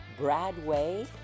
Bradway